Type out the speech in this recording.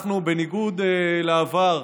בניגוד לעבר,